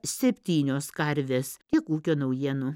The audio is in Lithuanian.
septynios karvės tiek ūkio naujienų